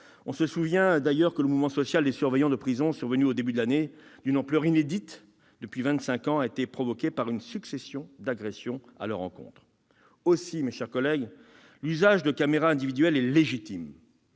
On se souvient d'ailleurs que le mouvement social des surveillants de prison survenu au début de cette année, d'une ampleur inédite depuis vingt-cinq ans, a été provoqué par une succession d'agressions à leur encontre. Aussi, l'usage de caméras individuelles est légitime.